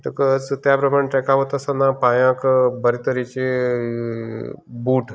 म्हणकच त्या प्रमाणे ट्रेकां वता आसतना पायांक बरें तरचे बूट